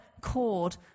cord